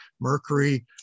mercury